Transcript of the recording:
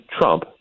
Trump